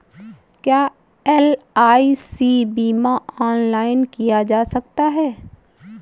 क्या एल.आई.सी बीमा ऑनलाइन किया जा सकता है?